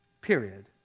Period